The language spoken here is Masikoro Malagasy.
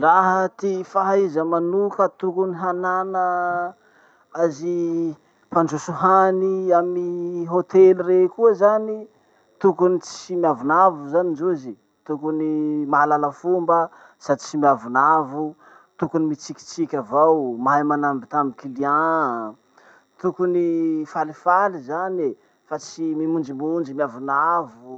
Laha ty fahaiza manoka tokony hanana azy mpandroso hany amy hotely rey koa zany, tokony tsy miavonavo zany ndrozy, tokony mahalala fomba sady tsy miavonavo, tokony mitsikitsiky avao, mahay manambitamby clients. Tokony falifaly zany e, fa tsy mimonjomonjo miavonavo,